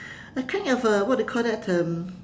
a kind of a what you call that um